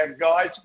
guys